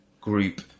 group